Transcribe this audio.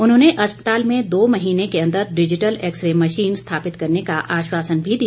उन्होंने अस्पताल में दो महीने के अंदर डिजिटल एक्सरे मशीन स्थापित करने का आश्वासन भी दिया